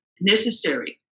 necessary